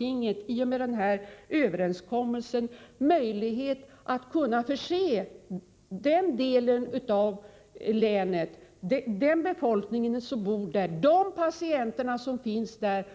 I och med denna överenskommelse har alltså landstinget fått möjlighet att förse även den befolkning som bor i den delen av länet och de patienter som finns där